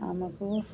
ଆମକୁ